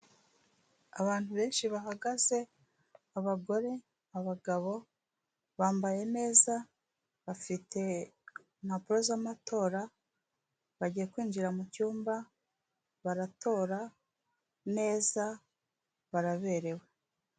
Abantu benshi bahagaze abagore, abagabo bambaye neza, bafite impapuro z'amatora, bagiye kwinjira mu cyumba, baratora neza, baraberewe.